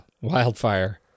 Wildfire